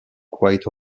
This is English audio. quite